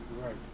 Right